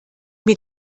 mir